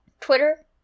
Twitter